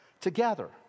together